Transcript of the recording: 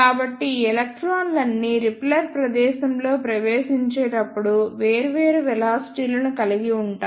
కాబట్టి ఈ ఎలక్ట్రాన్లన్నీ రిపెల్లర్ ప్రదేశంలో ప్రవేశించేటప్పుడు వేర్వేరు వెలాసిటీ లను కలిగి ఉంటాయి